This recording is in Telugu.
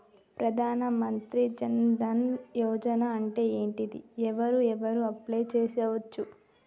ప్రధాన మంత్రి జన్ ధన్ యోజన అంటే ఏంటిది? ఎవరెవరు అప్లయ్ చేస్కోవచ్చు?